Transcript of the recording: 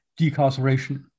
decarceration